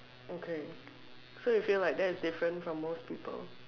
okay so you feel like that's different from most people